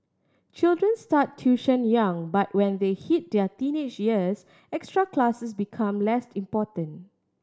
children start tuition young but when they hit their teenage years extra classes become less important